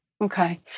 Okay